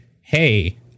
hey